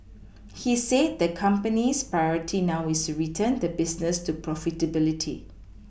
he said the company's Priority now is to return the business to profitability